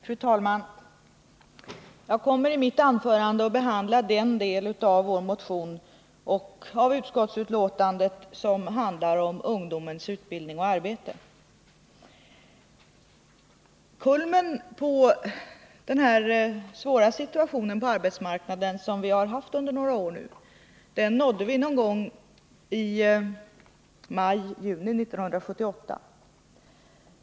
Fru talman! Jag kommer i mitt anförande att behandla den del av vår motion och av utskottsbetänkandet som handlar om ungdomens utbildning och arbete. Kulmen på den svåra situation på arbetsmarknaden som vi nu har haft under några år nådde vi någon gång i maj-juni 1978.